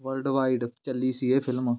worldwide ਚੱਲੀ ਸੀ ਇਹ ਫਿਲਮ